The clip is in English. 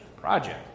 project